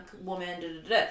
woman